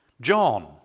John